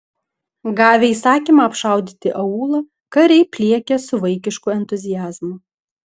gavę įsakymą apšaudyti aūlą kariai pliekia su vaikišku entuziazmu